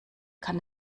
kann